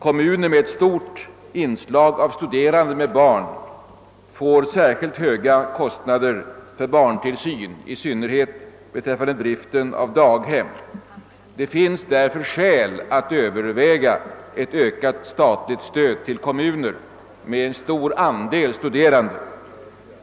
Kommuner som har stort inslag av studerande med barn får särskilt höga kostnader för barntillsyn, i synnerhet för driften av daghem. Det finns därför skäl att överväga ett ökat statligt stöd till kommuner med stor andel studerande.